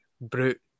Brute